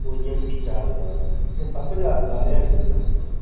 ओह् इ'यां एह्दी यादगार ऐ इ'यां सब यादगार गै न मेरे डांस बा